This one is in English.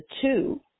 two